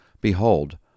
Behold